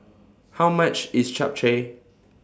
How much IS Japchae